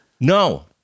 No